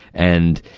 and,